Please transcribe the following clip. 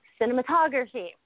cinematography